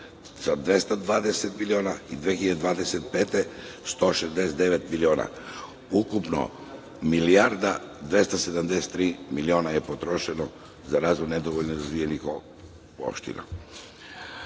sa 220 miliona i 2025. godine 169 miliona. Ukupno, milijarda i 273 miliona je potrošeno za razvoj nedovoljno razvijenih opština. Šta